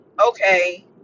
okay